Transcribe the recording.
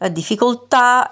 difficoltà